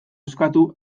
eskatu